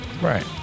Right